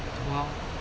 !wow!